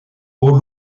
beau